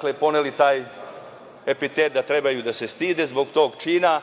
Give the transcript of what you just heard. su poneli taj epitet da trebaju da stide zbog tog čina,